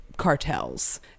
cartels